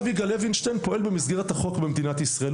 הרב יגאל לווינשטיין פועל במסגרת החוק במדינת ישראל,